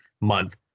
month